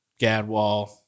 gadwall